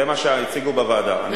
זה מה שהציגו בוועדה.